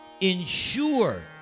Ensure